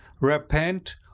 Repent